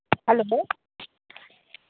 hello